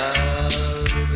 Love